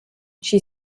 she